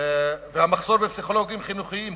המחסור בפסיכולוגים חינוכיים,